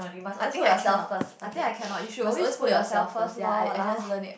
I think I cannot I think I cannot you should always put yourself first lor walao